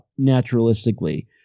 naturalistically